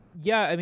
yeah, and